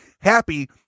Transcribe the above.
happy